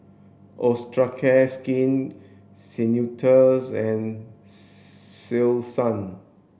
Osteocare Skin Ceuticals and Selsun